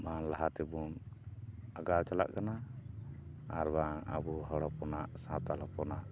ᱵᱟᱝ ᱞᱟᱦᱟ ᱛᱮᱵᱚᱱ ᱟᱜᱟᱣ ᱪᱟᱞᱟᱜ ᱠᱟᱱᱟ ᱟᱨ ᱵᱟᱝ ᱟᱵᱚ ᱦᱚᱲ ᱦᱚᱯᱚᱱᱟᱜ ᱥᱟᱶᱛᱟᱞ ᱦᱚᱯᱚᱱᱟᱜ